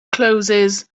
closes